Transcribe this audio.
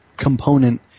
component